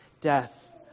death